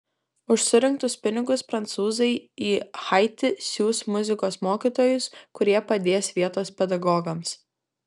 už surinktus pinigus prancūzai į haitį siųs muzikos mokytojus kurie padės vietos pedagogams